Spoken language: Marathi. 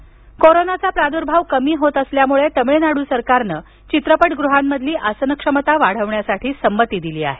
तामिळनाडू कोरोनाचा प्रादुर्भाव कमी होत असल्यामुळे तामिळनाडू सरकारनं चित्रपटगृहांमधली आसन क्षमता वाढवण्यासाठी संमती दिली आहे